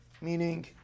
Meaning